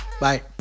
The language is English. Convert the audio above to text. Bye